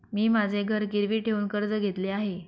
मी माझे घर गिरवी ठेवून कर्ज घेतले आहे